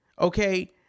Okay